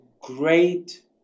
great